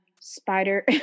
spider